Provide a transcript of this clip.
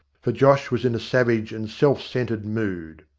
for josh was in a savage and self-centred mood.